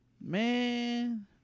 Man